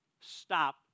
stop